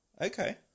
Okay